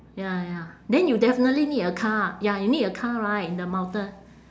ya ya then you definitely need a car ya you need a car right in the mountain